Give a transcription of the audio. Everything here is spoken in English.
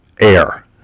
air